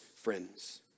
friends